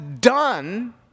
done